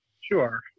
sure